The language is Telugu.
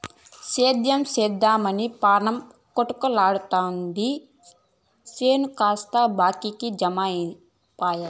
సేద్దెం సేద్దెమని పాణం కొటకలాడతాది చేను కాస్త బాకీకి జమైపాయె